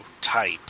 type